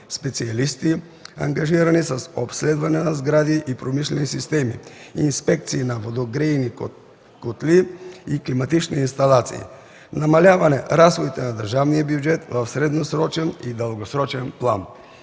специалисти, ангажирани с обследване на сгради и промишлени системи, инспекции на водогрейни котли и климатични инсталации, намаляване разходите на държавния бюджет в средносрочени дългосрочен план.